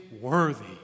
worthy